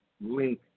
link